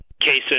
cases